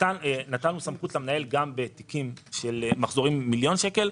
נתנו סמכות למנהל גם בתיקים של מחזורים עם מיליון שקל.